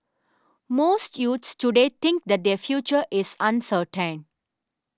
most youths today think that their future is uncertain